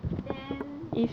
then